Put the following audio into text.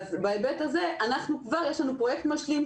שבהיבט הזה יש לנו כבר פרויקט משלים,